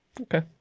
Okay